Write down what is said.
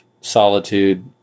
solitude